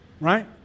Right